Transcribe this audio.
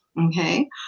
okay